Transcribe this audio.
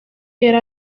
yari